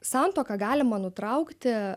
santuoką galima nutraukti